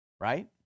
right